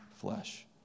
flesh